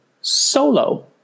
solo